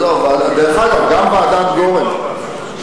דרך אגב, גם ועדת-גורן,